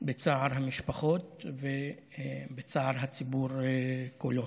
בצער המשפחות ובצער הציבור כולו.